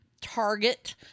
Target